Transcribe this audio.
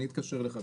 אני אתקשר אליך.